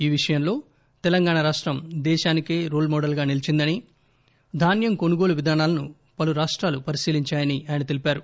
ఈ విషయంలో తెలంగాణ రాష్టం దేశానికే రోల్ మోడల్గా నిలిచిందని ధాన్యం కొనుగోలు విధానాలను పలు రాష్టాలు పరిశీలించాయని ఆయన తెలిపారు